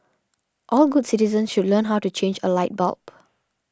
all good citizens should learn how to change a light bulb